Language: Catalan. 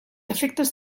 efectes